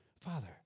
Father